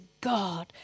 God